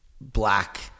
black